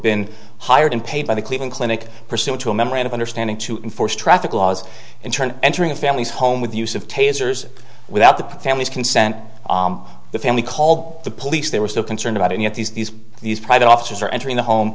been hired and paid by the cleveland clinic pursuant to a memorandum understanding to enforce traffic laws in turn entering a family's home with the use of tasers without the family's consent the family called the police they were so concerned about and yet these these these private officers are entering the home